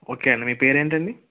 okay అండి మీ పేరు ఏంటి అండి